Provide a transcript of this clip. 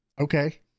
okay